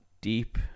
deep